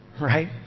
right